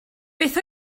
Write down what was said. beth